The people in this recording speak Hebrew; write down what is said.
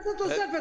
איזו תוספת?